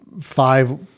five